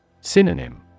Synonym